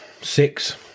six